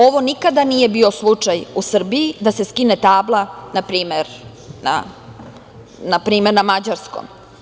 Ovo nikada nije bio slučaj u Srbiji da se skine tabla, na primer, na mađarskom.